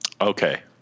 okay